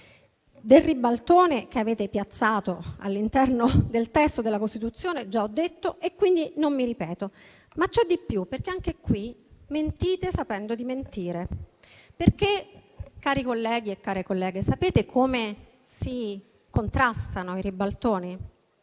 Del ribaltone che avete piazzato all'interno del testo della Costituzione già ho detto e quindi non mi ripeto. Ma c'è di più, perché anche qui mentite sapendo di mentire. Infatti, cari colleghi e care colleghe, i ribaltoni si contrastano - magari